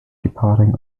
departing